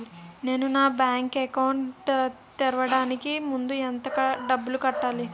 నేను నా bank account తెరవడానికి ముందు ఎంత డబ్బులు కట్టాలి?